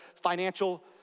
financial